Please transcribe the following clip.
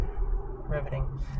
Riveting